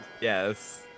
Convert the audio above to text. Yes